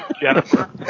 Jennifer